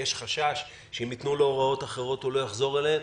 ויש חשש שאם יתנו לו הוראות אחרות הוא לא יחזור אליהן,